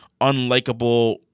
unlikable